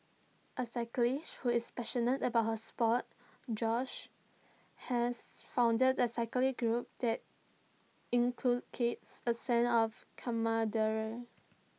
A cyclist who is passionate about her Sport Joyce has founded A cycling group that inculcates A sense of